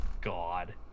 God